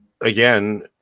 again